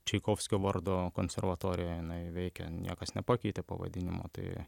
čaikovskio vardo konservatorija jinai veikia niekas nepakeitė pavadinimo tai